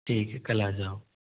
ठीक है कल आ जाओ